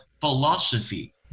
philosophy